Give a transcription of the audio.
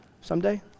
someday